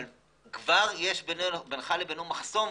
אבל כבר יש בינך לבינו מחסום,